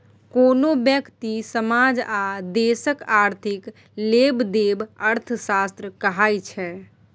कोनो ब्यक्ति, समाज आ देशक आर्थिक लेबदेब अर्थशास्त्र कहाइ छै